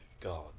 god